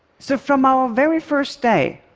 so from our very first day,